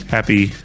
Happy